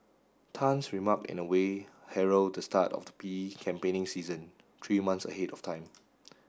Tan's remark in a way herald the start of the P E campaigning season three months ahead of time